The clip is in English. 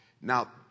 Now